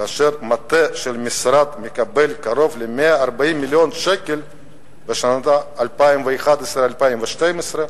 כאשר מטה של משרד מקבל קרוב ל-140 מיליון שקל ב-2011 2012,